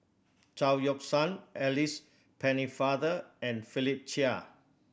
Chao Yoke San Alice Pennefather and Philip Chia